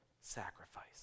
sacrifice